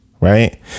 right